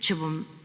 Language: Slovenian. če bom